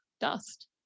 dust